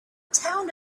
town